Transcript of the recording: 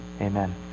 Amen